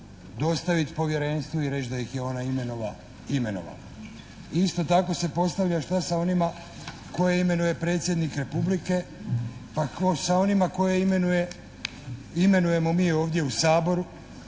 dostaviti povjerenstvu i reći da ih je ona imenovala. Isto tako se postavlja šta sa onima koje imenuje Predsjednik Republike sa onima koje imenujemo mi ovdje u Saboru.